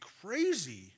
crazy